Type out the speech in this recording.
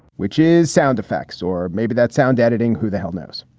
which is sound effects or maybe that sound editing. who the hell knows?